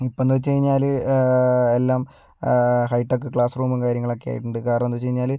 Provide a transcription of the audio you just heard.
ഇപ്പം എന്ന് വെച്ച് കഴിഞ്ഞാൽ എല്ലാം ഹൈ ടെക്ക് ക്ലാസ് റൂമും കാര്യങ്ങളെക്കെയായിട്ടുണ്ട് കാരണമെന്താണെന്ന് വെച്ച് കഴിഞ്ഞാൽ